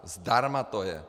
Zdarma to je.